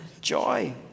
joy